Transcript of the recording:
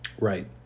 Right